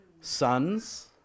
Sons